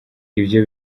ivyo